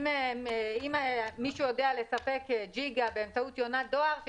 אם מישהו יודע לספק ג'יגה באמצעות יונת דואר,